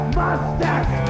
mustache